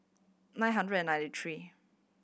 nine hundred and ninety three